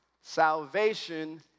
Salvation